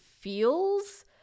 feels